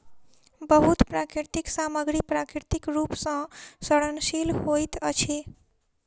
बहुत प्राकृतिक सामग्री प्राकृतिक रूप सॅ सड़नशील होइत अछि